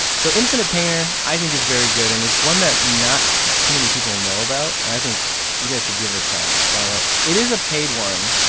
so, infinite painter, i think is very good and it's one that not too many people know about and i think you guys should give it a try. download. it is a paid one,